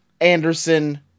Anderson